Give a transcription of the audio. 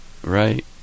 Right